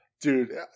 Dude